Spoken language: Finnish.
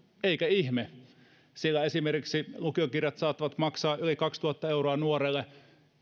eikä ihme sillä esimerkiksi lukion kirjat saattavat maksaa yli kaksituhatta euroa nuorelle